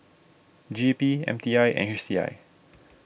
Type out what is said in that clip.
G E P M T I and H C I